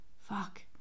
fuck